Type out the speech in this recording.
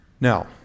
Now